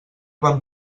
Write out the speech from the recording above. van